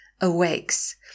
awakes